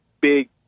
big